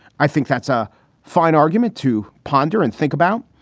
i think that's a fine argument to ponder and think about.